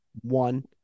one